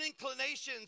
inclinations